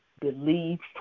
beliefs